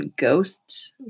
ghosts